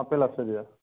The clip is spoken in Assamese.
আপেল আছে দিয়া